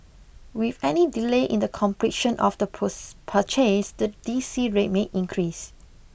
with any delay in the completion of the purchase the D C rate may increase